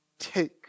take